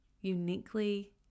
uniquely